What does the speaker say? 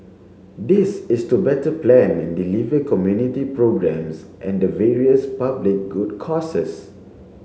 this is to better plan and deliver community programmes and the various public good causes